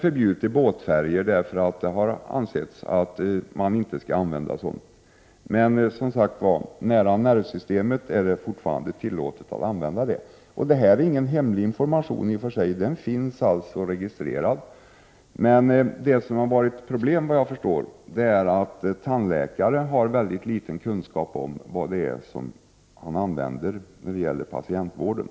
förbjudet i båtfärger, eftersom det ansetts såsom icke lämpligt, men för att, som sagt, användas nära nervsystemet är det fortfarande tillåtet. Detta är inte någon hemlig information — den finns registrerad. Problemet är, såvitt jag förstår, att tandläkare har liten kunskap om vad de använder för material i patientvården.